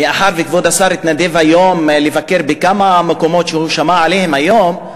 מאחר שכבוד השר התנדב היום לבקר בכמה מקומות שהוא שמע עליהם היום,